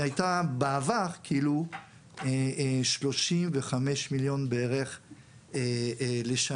היא הייתה בעבר כאילו 35 מיליון בערך לשנה.